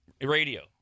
radio